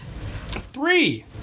Three